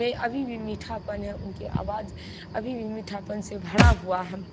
में अभी भी मीठापन है उनके आवाज अभी भी मीठापन से भरा हुआ है